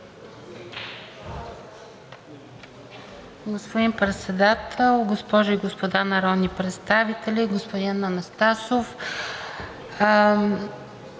Господин Председател, госпожи и господа народни представители! Господин Анастасов,